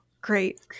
great